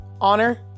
Honor